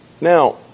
Now